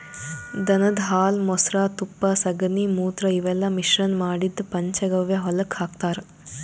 ದನದ್ ಹಾಲ್ ಮೊಸ್ರಾ ತುಪ್ಪ ಸಗಣಿ ಮೂತ್ರ ಇವೆಲ್ಲಾ ಮಿಶ್ರಣ್ ಮಾಡಿದ್ದ್ ಪಂಚಗವ್ಯ ಹೊಲಕ್ಕ್ ಹಾಕ್ತಾರ್